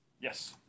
Yes